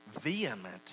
vehement